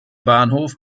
bahnhof